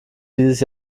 dieses